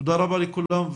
תודה רבה לכולם.